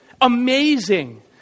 amazing